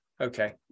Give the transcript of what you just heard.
Okay